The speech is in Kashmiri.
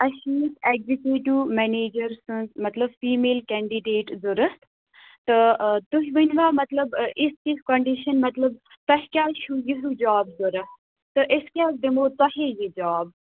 اسہِ چھِ نِنۍ ایٚکزِکیٹِو منیجر سٕنٛز مَطلَب فیٖمیل کینٛڈِڈیٚٹ ضروٗرت تہٕ آ تُہۍ ؤنۍوا مَطلَب یِژھ تِژھ ہِش کَنٛڈِشن مَطلَب تۄہہِ کیٛاہ چھُ یہِ ہِیوٗ جاب ضروٗرت تہٕ أسۍ کیٛاز دِمو تۄہی یہِ جاب